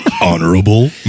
Honorable